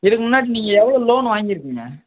இதுக்கு முன்னாடி நீங்கள் எவ்வளோ லோனு வாங்கியிருக்கீங்க